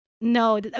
No